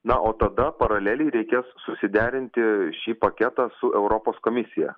na o tada paraleliai reikės susiderinti šį paketą su europos komisija